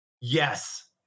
Yes